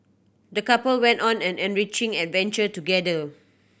the couple went on an enriching adventure together